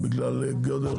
בגלל גודל האוכלוסייה?